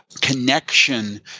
connection